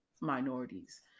minorities